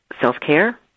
self-care